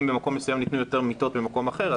אם במקום מסוים ניתנו יותר מיטות ממקום אחר,